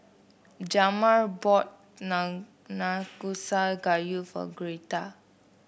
Jamar bought Nanakusa Gayu for Gretta